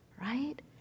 right